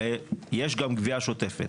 הרי יש גם גבייה שוטפת.